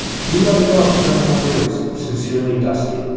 do let me know if you hear any more news. sincerely, dusty